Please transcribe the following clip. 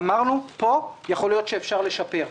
אמרנו: פה יכול להיות שאפשר לשפר.